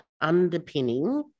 underpinning